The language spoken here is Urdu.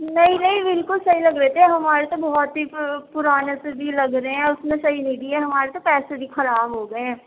نہیں نہیں بالکل صحیح لگ رہے تھے ہمارے تو بہت ہی پُرانے سے بھی لگ رہے ہیں اپنے صحیح نہیں دیے ہمارے تو پیسے بھی خراب ہو گئے ہیں